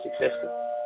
successful